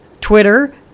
Twitter